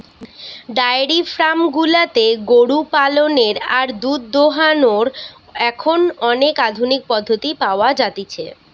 diary farm গুলাতে গরু পালনের আর দুধ দোহানোর এখন অনেক আধুনিক পদ্ধতি পাওয়া যতিছে